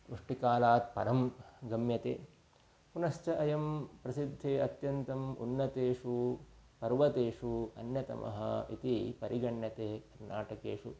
वृष्टिकालात् परं गम्यते पुनश्च अयं प्रसिद्धे अत्यन्तम् उन्नतेषु पर्वतेषु अन्यतमः इति परिगण्यते नाटकेषु